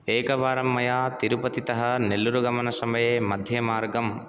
एकवारं मया तिरुपतितः निल्लुर्गमनसमये मध्यमार्गं